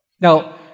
Now